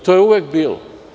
To je uvek bilo.